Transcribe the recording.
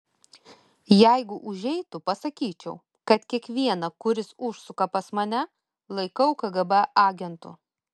jeigu užeitų pasakyčiau kad kiekvieną kuris užsuka pas mane laikau kgb agentu